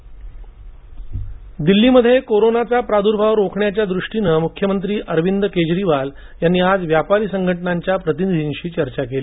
Delhi corona दिल्लीमध्ये कोरोनाचा प्रादुर्भाव रोखण्याच्या दृष्टीने मुख्यमंत्री अरविंद केजरीवाल यांनी आज व्यापारी संघटनांच्या प्रतिनिधींशी चर्चा केली